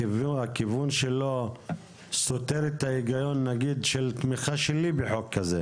הכיוון שלו סותר את ההיגיון שלי בתמיכה בחוק כזה.